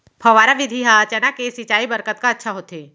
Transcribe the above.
फव्वारा विधि ह चना के सिंचाई बर कतका अच्छा होथे?